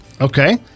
Okay